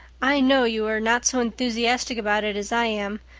i know you are not so enthusiastic about it as i am,